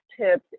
tips